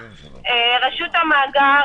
רשות המאגר,